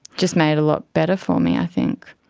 just made it a lot better for me, i think.